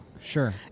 Sure